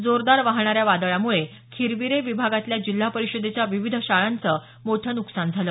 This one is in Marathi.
जोरदार वाहणाऱ्या वादळामुळे खिरविरे विभागातल्या जिल्हा परिषदेच्या विविध शाळांचं मोठं नुकसान झाल